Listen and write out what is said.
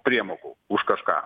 priemokų už kažką